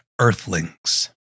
Earthlings